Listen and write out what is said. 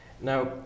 Now